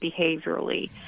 behaviorally